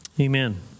Amen